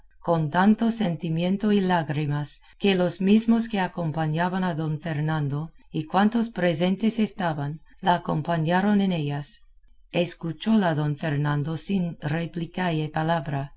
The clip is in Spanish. con tanto sentimiento y lágrimas que los mismos que acompañaban a don fernando y cuantos presentes estaban la acompañaron en ellas escuchóla don fernando sin replicalle palabra